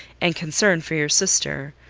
and concern for your sister,